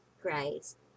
Christ